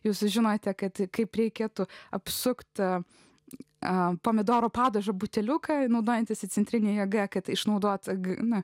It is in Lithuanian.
jūs sužinote kad kaip reikėtų apsukti a pomidorų padažo buteliuką naudojantis įcentrinė jėga kad išnaudoti gana